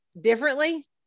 Differently